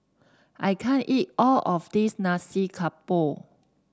I can't eat all of this Nasi Campur